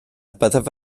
byddaf